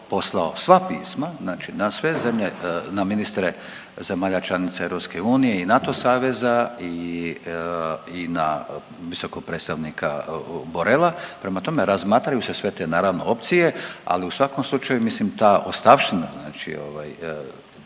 poslao sva pisma znači na sve zemlje, na ministre zemalja članica EU i NATO saveza i na visokog predstavnika Borrella, prema tome razmatraju se sve te naravno opcije, a u svakom slučaju mislim ta ostavština znači ovaj